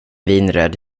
vinröd